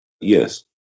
Yes